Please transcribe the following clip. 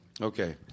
Okay